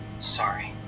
Sorry